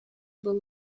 był